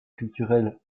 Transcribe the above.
culturel